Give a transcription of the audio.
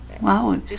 Wow